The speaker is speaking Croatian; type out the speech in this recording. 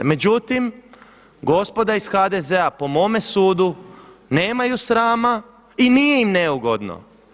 Međutim, gospoda iz HDZ-a po mome sudu nemaju srama i nije im neugodno.